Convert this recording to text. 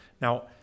Now